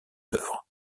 œuvres